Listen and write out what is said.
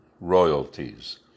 royalties